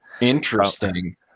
Interesting